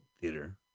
theater